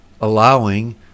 Allowing